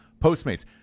Postmates